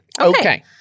Okay